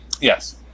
Yes